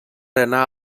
anar